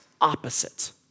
opposite